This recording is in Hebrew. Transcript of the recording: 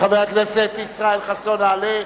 חבר הכנסת ישראל חסון יעלה.